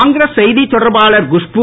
காங்கிரஸ் செய்தித்தொடர்பாளர் குஷ்பு